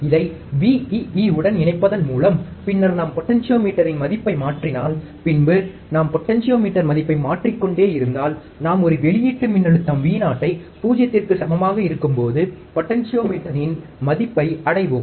இதை VEE உடன் இணைப்பதன் மூலம் பின்னர் நாம் பொட்டென்சியோமீட்டரின் மதிப்பை மாற்றினால் பின்பு நாம் பொட்டென்சியோமீட்டர் மதிப்பை மாற்றிக்கொண்டே இருந்தால் நாம் ஒரு வெளியீட்டு மின்னழுத்தம் Vo ஐ 0 க்கு சமமாக இருக்கும்போது பொட்டென்சியோமீட்டரின் மதிப்பை அடைவோம்